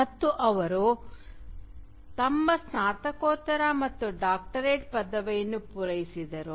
ಮತ್ತು ಅಲ್ಲಿ ಅವರು ತಮ್ಮ ಸ್ನಾತಕೋತ್ತರ ಮತ್ತು ಡಾಕ್ಟರೇಟ್ ಪದವಿಯನ್ನು ಪೂರೈಸಿದರು